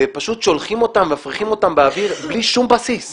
ופשוט מפריחים אותן באוויר בלי שום בסיס.